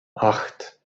acht